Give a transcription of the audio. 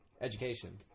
Education